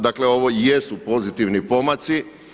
Dakle ovo jesu pozitivni pomaci.